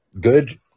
good